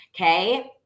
Okay